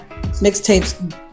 mixtapes